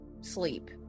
sleep